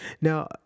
Now